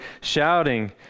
shouting